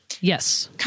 Yes